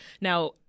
Now